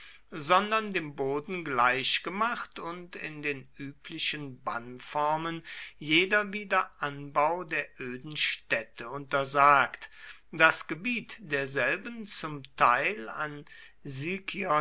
sondern dem boden gleichgemacht und in den üblichen bannformen jeder wiederanbau der öden stätte untersagt das gebiet derselben zum teil an